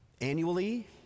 Annually